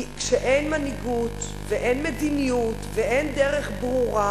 כי כשאין מנהיגות ואין מדיניות ואין דרך ברורה,